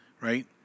right